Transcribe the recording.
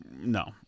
no